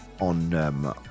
on